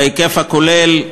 בהיקף הכולל,